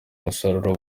umusaruro